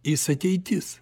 jis ateitis